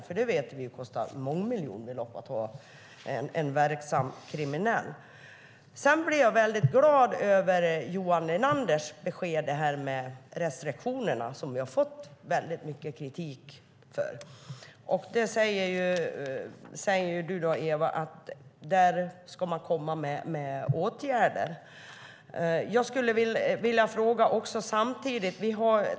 Vi vet nämligen att det kostar mångmiljonbelopp att ha en verksam kriminell. Sedan blir jag väldigt glad över Johan Linanders besked om restriktionerna, som vi har fått mycket kritik för. Du säger att man ska komma med åtgärder, Ewa. Jag har samtidigt en fråga.